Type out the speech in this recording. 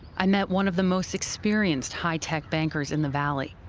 i met one of the most experienced high-tech bankers in the valley,